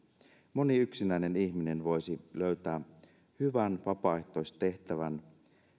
moni yksinäinen ihminen voisi löytää hyvän vapaaehtoistehtävän